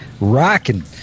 rocking